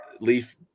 leaf